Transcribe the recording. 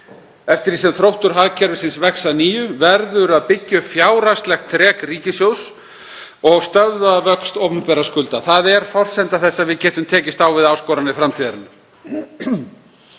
Eftir því sem þróttur hagkerfisins vex að nýju verður að byggja upp fjárhagslegt þrek ríkissjóðs og stöðva vöxt opinberra skulda. Það er forsenda þess að við getum tekist á við áskoranir framtíðarinnar.